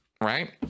right